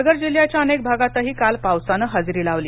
पालघर जिल्ह्याच्या अनेक भागांतही काल पावसानं हजेरी लावली